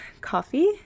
coffee